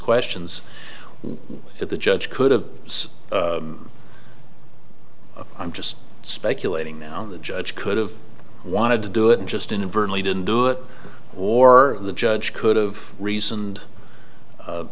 questions that the judge could have i'm just speculating now the judge could have wanted to do it and just inadvertently didn't do it or the judge could've reasoned